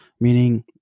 meaning